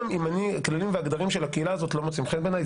גם אם הכללים והגדרים של הקהילה הזאת לא מוצאים חן בעיניי,